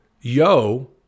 Yo